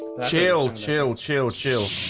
chill chill chill chill